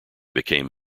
became